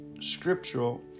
scriptural